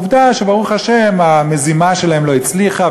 עובדה שברוך השם המזימה שלהם לא הצליחה,